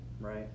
right